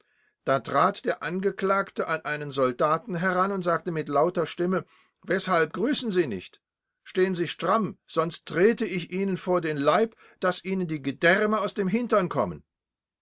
da trat der angeklagte an einen soldaten heran und sagte mit lauter stimme weshalb grüßen sie nicht stehen sie stramm sonst trete ich ihnen vor den leib daß ihnen die gedärme aus dem hintern kommen